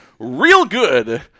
REALGOOD